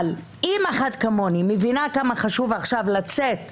אבל אם אחת כמוני מבינה כמה חשוב עכשיו לצאת ולהגן,